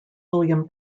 william